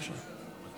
התשפ"ד 2023,